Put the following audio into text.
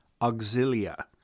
auxilia